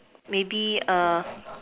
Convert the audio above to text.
maybe err